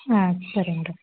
ಹಾಂ ಸರಿ ಮೇಡಮ್